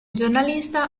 giornalista